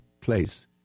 place